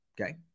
okay